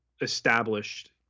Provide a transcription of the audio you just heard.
established